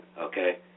okay